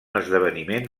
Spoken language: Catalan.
esdeveniment